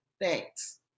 thanks